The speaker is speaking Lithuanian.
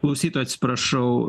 klausytojai atsiprašau